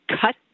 cut